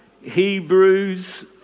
Hebrews